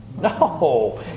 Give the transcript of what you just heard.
no